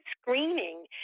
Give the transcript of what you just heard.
screening